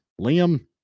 Liam